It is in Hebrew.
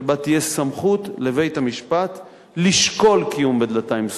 שבה תהיה סמכות לבית-המשפט לשקול דיון בדלתיים סגורות.